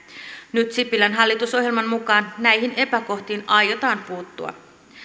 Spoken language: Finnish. nyt sipilän hallitusohjelman mukaan näihin epäkohtiin aiotaan puuttua